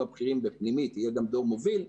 הבכירים בפנימית יהיה גם דור מוביל,